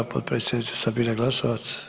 potpredsjednice Sabine Glasovac.